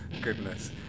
goodness